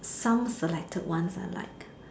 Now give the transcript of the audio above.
some selected ones are like